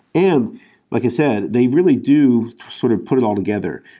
and like i said, they really do sort of put it all together.